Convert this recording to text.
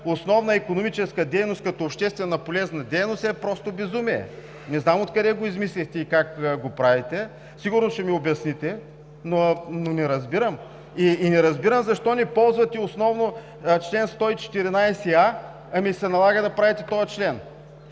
основна икономическа дейност като общественополезна дейност е просто безумие. Не знам откъде го измислихте и как го правите?! Сигурно ще ми обясните, но не разбирам. И не разбирам защо не ползвате основно чл. 114а, ами се налага да правите този член?!